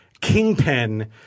kingpin